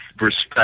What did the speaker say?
respect